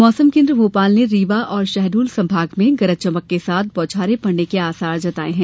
मौसम केंद्र भोपाल ने रीवा और शहडोल संभाग में गरज चमक के साथ बौछार पड़ने के आसार जताये हैं